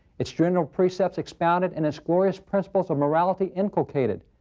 its general precepts expounded and its glorious principles of morality inculcated?